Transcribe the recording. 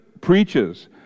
preaches